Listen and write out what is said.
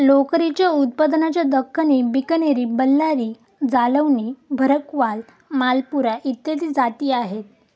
लोकरीच्या उत्पादनाच्या दख्खनी, बिकनेरी, बल्लारी, जालौनी, भरकवाल, मालपुरा इत्यादी जाती आहेत